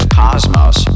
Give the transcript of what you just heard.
cosmos